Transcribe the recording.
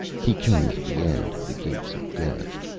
he came to the end of the gates of death.